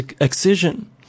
excision